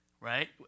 right